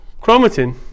chromatin